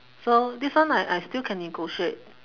so this one I I still can negotiate